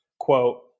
quote